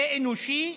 זה אנושי,